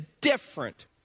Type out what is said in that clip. different